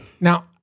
Now